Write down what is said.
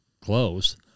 close